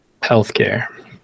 Healthcare